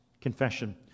confession